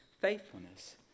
faithfulness